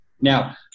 Now